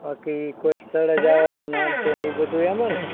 બાકી કોઈ સ્થળે જવાનું ને આ ને તે ને એ બધુંય એમાં ને